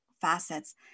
facets